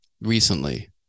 recently